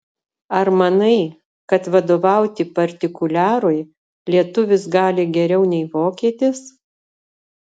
ar manai kad vadovauti partikuliarui lietuvis gali geriau nei vokietis